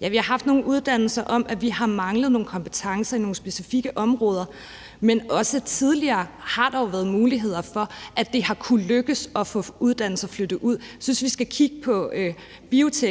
Ja, vi har haft nogen uddannelser, hvor vi har manglet nogle kompetencer i nogle specifikke områder, men også tidligere har det jo kunnet lykkes at få uddannelser flyttet ud. Så jeg synes, vi skal kigge på uddannelsen til